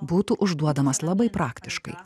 būtų užduodamas labai praktiškai